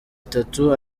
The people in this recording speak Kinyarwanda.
itatu